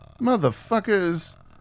Motherfuckers